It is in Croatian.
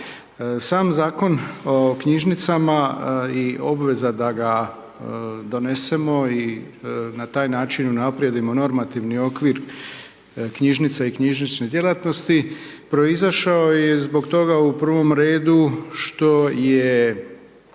Sam Zakon o knjižnicama i obveza da ga donesemo i na taj način unaprijedimo normativni okvir knjižnice i knjižnične djelatnosti proizašao je i zbog toga u prvom redu što je